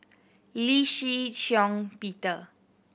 Lee Shih Shiong Peter